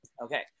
Okay